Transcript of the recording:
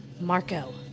Marco